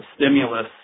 stimulus